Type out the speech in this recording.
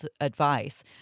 advice